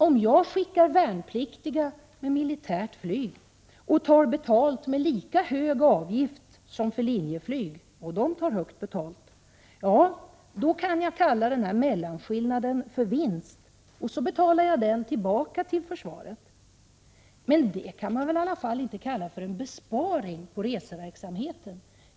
Om jag skickar värnpliktiga med militärt flyg och tar lika mycket betalt som Linjeflyg — som tar högt betalt — kan jag kalla mellanskillnaden för vinst, och så betalar jag den tillbaka till fösvaret. Men det kan väl i alla fall inte kallas för en besparing på reseverksamheten.